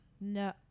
No